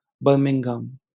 Birmingham